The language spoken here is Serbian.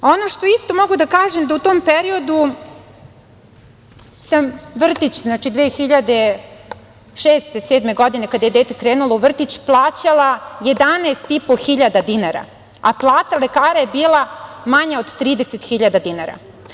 Ono što isto mogu da kažem jeste da u tom periodu sam vrtić, to je 2006/007 godina, kada je dete krenulo u vrtić, plaćala 11.500 dinara, a plata lekara je bila manja od 30.000 dinara.